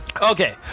Okay